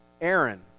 Aaron